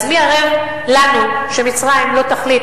אז מי ערב לנו שמצרים לא תחליט,